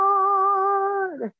Lord